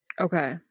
okay